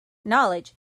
knowledge